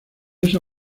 esta